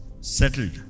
settled